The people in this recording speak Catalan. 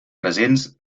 presents